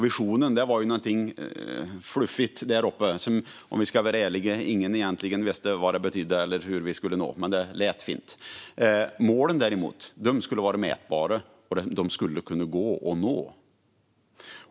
Visionen var något fluffigt där uppe som ingen egentligen visste vad den betydde eller hur vi skulle nå dit, om jag nu ska vara ärlig. Men det lät fint. Målen skulle däremot vara mätbara och gå att nå.